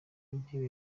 intebe